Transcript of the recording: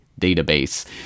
database